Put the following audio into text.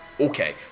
Okay